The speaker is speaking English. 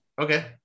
Okay